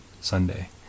Sunday